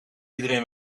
iedereen